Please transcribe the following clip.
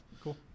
Cool